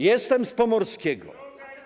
Jestem z pomorskiego.